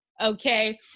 okay